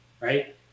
right